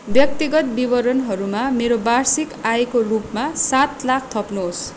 व्यक्तिगत विवरणहरूमा मेरो वार्षिक आयको रूपमा सात लाख थप्नुहोस्